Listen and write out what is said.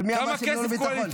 ומי אמר שהם לא לביטחון?